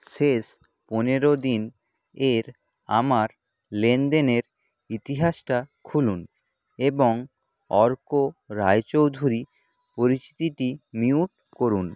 শেষ পনেরো দিন এর আমার লেনদেনের ইতিহাসটা খুলুন এবং অর্ক রায়চৌধুরী পরিচিতিটি মিউট করুন